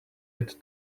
had